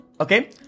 okay